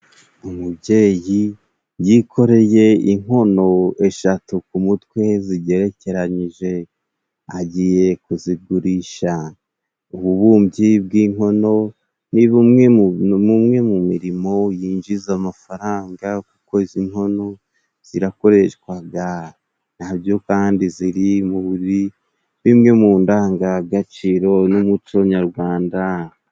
Umubyeyi yikoreye inkono eshatu ku mutwe zigerekeranyije agiye kuzigurisha. Ububumbyi bw'inkono ni bumwe mu mirimo yinjiza amafaranga, kuko izi nkono zirakoreshwaga. Na byo kandi ziri muri bimwe mu ndangagaciro n'umuco nyarwanda.